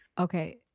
Okay